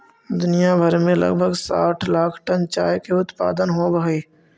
दुनिया भर में लगभग साठ लाख टन चाय के उत्पादन होब हई